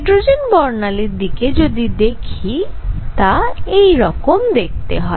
hydrogen বর্ণালীর দিকে যদি দেখি তা এই রকম দেখতে হয়